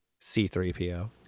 C3PO